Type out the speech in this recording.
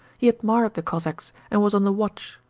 he admired the cossacks, and was on the watch,